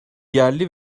yerli